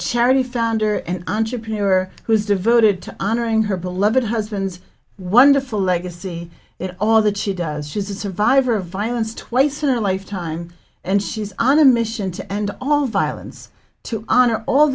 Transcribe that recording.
charity founder and entrepreneur who's devoted to honoring her beloved husband's wonderful legacy all that she does she's a survivor of violence twice in a lifetime and she's on a mission to end all violence to honor all